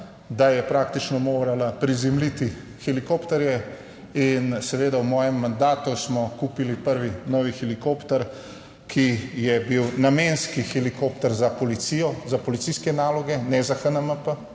da je praktično morala prizemljiti helikopterje in seveda v mojem mandatu smo kupili prvi novi helikopter, ki je bil namenski helikopter za policijo za policijske naloge, ne za HNMP,